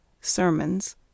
Sermons